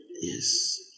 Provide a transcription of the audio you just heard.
Yes